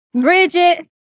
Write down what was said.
Bridget